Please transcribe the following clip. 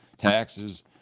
taxes